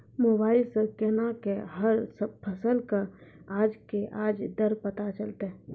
Mobile सऽ केना कऽ हर फसल कऽ आज के आज दर पता चलतै?